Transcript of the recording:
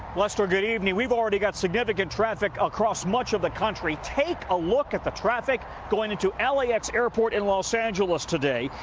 lester, good evening. we've already got significant traffic across much of the country. take a look at the traffic going into l a x. airport in los angeles today.